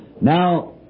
Now